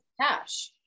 cash